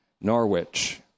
Norwich